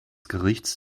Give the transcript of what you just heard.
gerichts